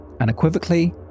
Unequivocally